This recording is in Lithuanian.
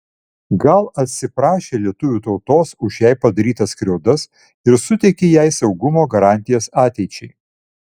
gal atsiprašė lietuvių tautos už jai padarytas skriaudas ir suteikė jai saugumo garantijas ateičiai